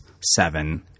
seven